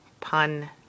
Pun